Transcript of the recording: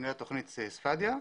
בכינויה כתכנית ספדיה.